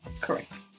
Correct